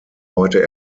heute